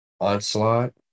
onslaught